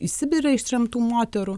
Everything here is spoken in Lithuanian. į sibirą ištremtų moterų